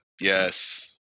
Yes